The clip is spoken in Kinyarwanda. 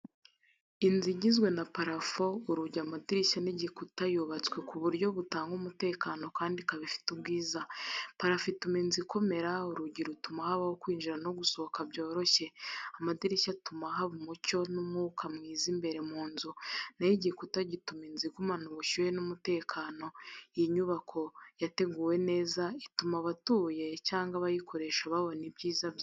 Inzu igizwe na parafo, urugi, amadirishya n’igikuta, yubatswe ku buryo butanga umutekano kandi ikaba ifite ubwiza. Parafo ituma inzu ikomera, urugi rutuma habaho kwinjira no gusohoka byoroshye, amadirishya atuma haba umucyo n’umwuka mwiza imbere mu nzu, na ho igikuta gituma inzu igumana ubushyuhe n’umutekano. Iyi nyubako yateguwe neza, ituma abatuye cyangwa abayikoresha babona ibyiza byayo.